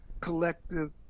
Collective